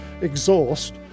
exhaust